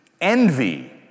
envy